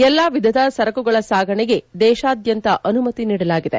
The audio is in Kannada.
ಎಲ್ಲ ವಿಧದ ಸರಕುಗಳ ಸಾಗಣೆಗೆ ದೇಶಾದ್ಯಂತ ಅನುಮತಿ ನೀಡಲಾಗಿದೆ